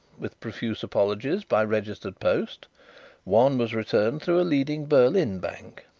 with profuse apologies, by registered post one was returned through a leading berlin bank.